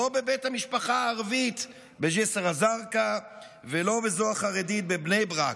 לא בבית המשפחה הערבית בג'יסר א-זרקא ולא בזו החרדית בבני ברק,